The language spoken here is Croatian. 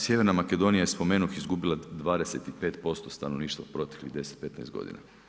Sjeverna Makedonija je spomenuh izgubila 25% stanovništva u proteklih 10 – 15 godina.